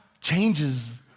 changes